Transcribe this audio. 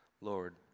Lord